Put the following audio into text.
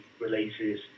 releases